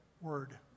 word